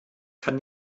kann